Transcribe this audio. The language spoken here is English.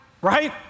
right